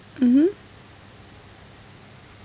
mmhmm